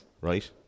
right